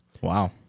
Wow